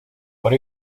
what